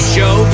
Show